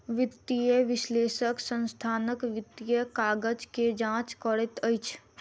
वित्तीय विश्लेषक संस्थानक वित्तीय काज के जांच करैत अछि